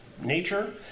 nature